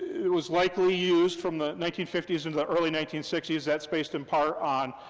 it was likely used from the nineteen fifty s into the early nineteen sixty s, that's based, in part, on,